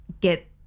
get